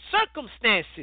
circumstances